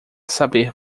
saber